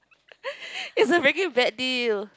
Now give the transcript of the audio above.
it's a very bad deal